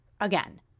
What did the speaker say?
Again